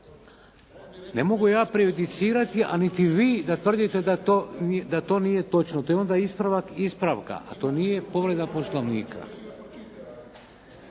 Ne mogu ja prejudicirati, a niti vi da tvrdite da to nije točno, to je onda ispravak ispravka a to nije povreda Poslovnika.